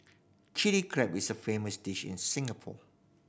Chilli Crab is a famous dish in Singapore